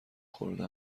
خورده